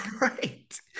Right